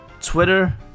Twitter